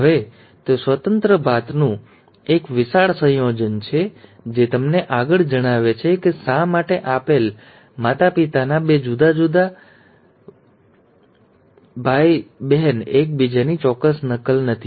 હવે તે સ્વતંત્ર ભાતનું એક વિશાળ સંયોજન છે જે તમને આગળ જણાવે છે કે શા માટે આપેલ માતાપિતાના બે જુદા જુદા બે ભાઈ સિસ્ટર એકબીજાની ચોક્કસ નકલ નથી